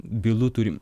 bylų turim